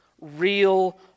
real